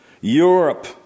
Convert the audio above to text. Europe